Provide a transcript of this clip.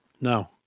No